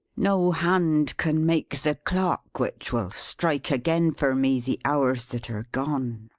no hand can make the clock which will strike again for me the hours that are gone,